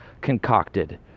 concocted